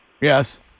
Yes